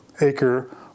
acre